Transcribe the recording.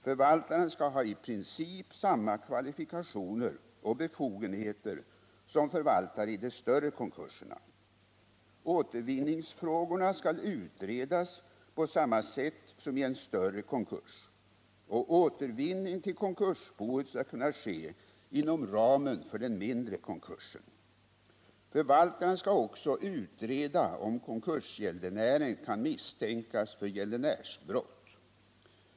Förvaltaren skall ha i princip samma kvalifikationer och befogenheter som förvaltare i de större konkurserna. Återvinningsfrågorna skall utredas på samma sätt som i en större konkurs, och återvinning till konkursboet skall kunna ske inom ramen för den mindre konkursen. Förvaltaren skall också utreda om konkursgäldenären kan misstänkas för gäldenärsbrott.